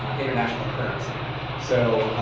um international currency so